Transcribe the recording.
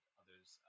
others